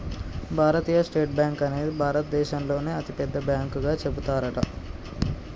భారతీయ state bank అనేది భారత దేశంలోనే అతి పెద్ద బ్యాంకు గా చెబుతారట